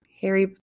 Harry